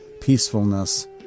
peacefulness